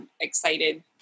excited